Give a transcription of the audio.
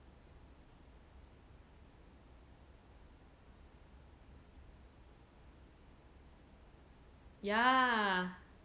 yeah